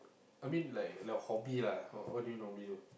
I mean like like hobby lah what do you normally do